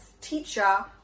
teacher